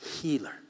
healer